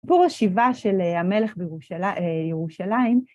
סיפור השיבה של המלך בירושלים.